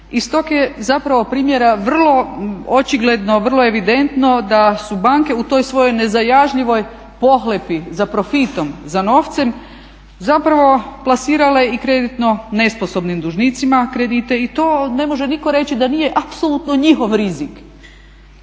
Iz tog je zapravo primjera vrlo očigledno, vrlo evidentno da su banke u toj svojoj nezajažljivoj pohlepi za profitom, za novcem zapravo plasirale i kreditno nesposobnim dužnicima kredite i to ne može nitko reći da nije apsolutno njihov rizik.